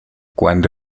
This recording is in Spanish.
cuando